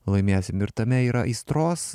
laimėsim ir tame yra aistros